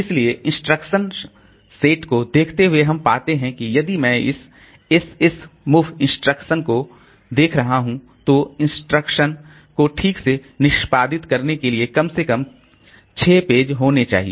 इसलिए instruction set को देखते हुए हम पाते हैं कि यदि मैं इस SS MOVE इंस्ट्रक्शन को देख रहा हूं तो इंस्ट्रक्शन को ठीक से निष्पादित करने के लिए कम से कम 6 पेज होने चाहिए